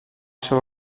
seu